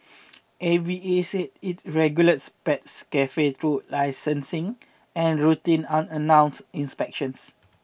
A V A said it regulates pet cafes through licensing and routine unannounced inspections